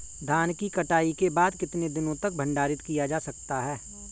धान की कटाई के बाद कितने दिनों तक भंडारित किया जा सकता है?